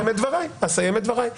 אסיים את דבריי.